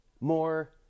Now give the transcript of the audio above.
more